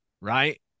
right